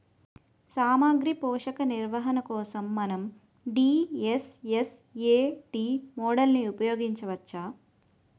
సామాగ్రి పోషక నిర్వహణ కోసం మనం డి.ఎస్.ఎస్.ఎ.టీ మోడల్ని ఉపయోగించవచ్చా?